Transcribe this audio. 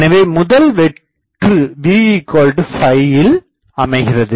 எனவே முதல் வெற்று vயில் அமைகிறது